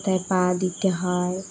কোথায় পা দিতে হয়